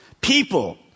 people